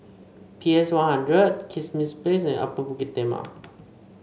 P S One Hundred Kismis Place and Upper Bukit Timah